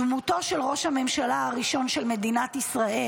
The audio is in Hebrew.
דמותו של ראש הממשלה הראשון של מדינת ישראל